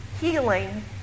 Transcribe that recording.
healing